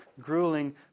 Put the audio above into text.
grueling